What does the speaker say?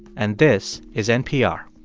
and this is npr